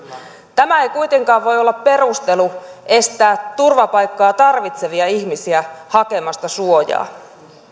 tämä ei kuitenkaan voi olla perustelu estää turvapaikkaa tarvitsevia ihmisiä hakemasta suojaa